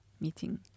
meeting